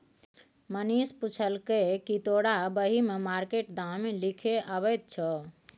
मनीष पुछलकै कि तोरा बही मे मार्केट दाम लिखे अबैत छौ